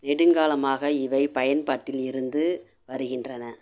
நெடுங்காலமாக இவை பயன்பாட்டில் இருந்து வருகின்றனர்